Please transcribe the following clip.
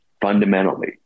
fundamentally